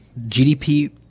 GDP